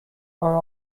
are